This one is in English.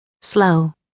Slow